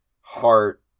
heart